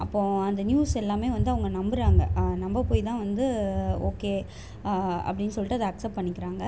அப்போது அந்த நியூஸ் எல்லாமே வந்து அவங்க நம்புகிறாங்க நம்ப போய்தான் வந்து ஓகே அப்படின் சொல்லிட்டு அதை அக்சப்ட் பண்ணிக்கிறாங்கள்